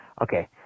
Okay